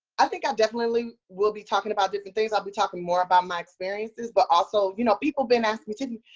i think i definitely will be talking about different things. i'll be talking more about my experiences. but also, you know, people have been asking me, tiffany,